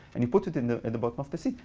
and you put it in the the bottom of the sea,